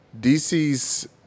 DC's